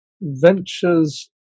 ventures